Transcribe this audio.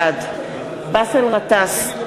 בעד באסל גטאס,